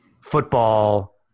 football